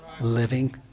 Living